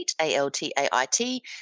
A-L-T-A-I-T